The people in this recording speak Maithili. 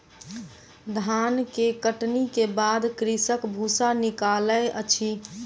धान के कटनी के बाद कृषक भूसा निकालै अछि